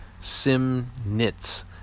Simnitz